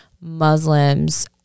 muslims